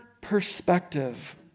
perspective